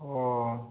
او